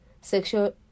sexual